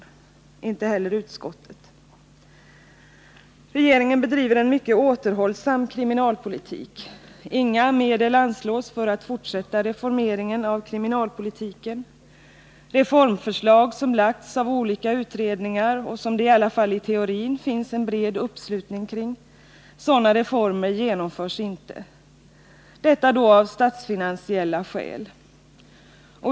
Det gör inte heller utskottet. Regeringen bedriver en mycket återhållsam kriminalpolitik. Inga medel anslås för en fortsättning av reformeringen av kriminalpolitiken. Reformförslag som lagts fram av olika utredningar och som det i alla fall i teorin finns en bred uppslutning kring genomförs inte — av statsfinansiella skäl.